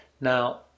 Now